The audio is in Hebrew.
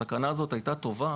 התקנה הזאת הייתה טובה